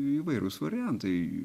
įvairūs variantai